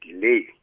delay